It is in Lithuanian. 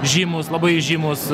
žymūs labai įžymūs